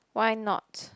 why not